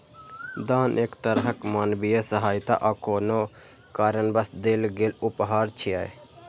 दान एक तरहक मानवीय सहायता आ कोनो कारणवश देल गेल उपहार छियै